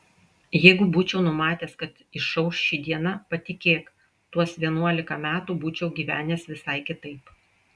jeigu būčiau numatęs kad išauš ši diena patikėk tuos vienuolika metų būčiau gyvenęs visai kitaip